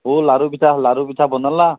লাৰু পিঠা বনালা ন